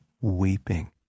weeping